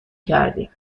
کردیم